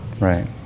right